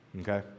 Okay